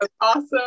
awesome